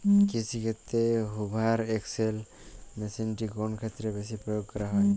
কৃষিক্ষেত্রে Hoover XL মেশিনটি কোন ক্ষেত্রে বেশি প্রয়োগ করা হয়?